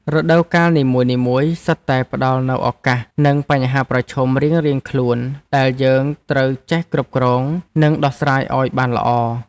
រដូវកាលនីមួយៗសុទ្ធតែផ្តល់នូវឱកាស និងបញ្ហាប្រឈមរៀងៗខ្លួនដែលយើងត្រូវចេះគ្រប់គ្រង និងដោះស្រាយឱ្យបានល្អ។